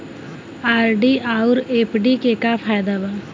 RD आउर FD के का फायदा बा?